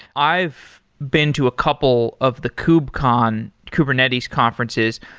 i've been to a couple of the kubecon, kubernetes conferences,